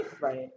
right